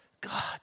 God